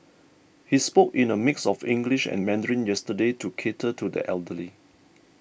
he spoke in a mix of English and Mandarin yesterday to cater to the elderly